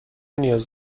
نیاز